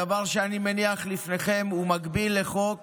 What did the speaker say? הדבר שאני מניח לפניכם הוא מקביל לחוק